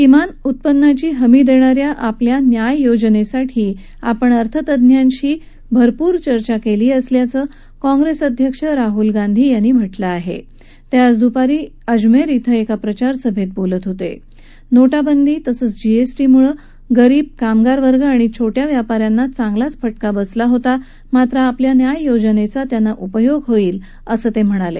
किमान उत्पन्नाची हमी दग्गीच्या आपल्या न्याय या योजनस्त्रीठी आपण अर्थतज्ञांशी भरपूर चर्चा कल्याचं काँग्रस्तीअध्यक्ष राहूल गांधी यांनी म्हटलं आहात्रिक्रिज दुपारी अजमर डिं एका प्रचारसभरत्रिलत होत जोटबंदी तसंच जीएसटीमुळज्रीब कामगार वर्ग आणि छोट्या व्यापाऱ्यांना चांगलाच फटका बसला होता मात्र आपल्या न्याय योजनघ्या त्यांना उपयोग होईल असंही त्यांनी सांगितलं